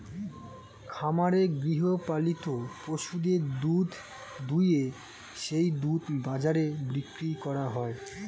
খামারে গৃহপালিত পশুদের দুধ দুইয়ে সেই দুধ বাজারে বিক্রি করা হয়